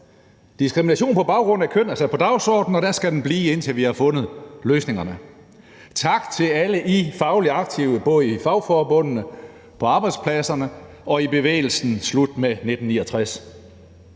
Diskrimination på baggrund af køn er sat på dagsordenen, og der skal den blive, indtil vi har fundet løsningerne. Tak til alle I fagligt aktive, både i fagforbundene, på arbejdspladserne og i bevægelsen »Slut med 1969«.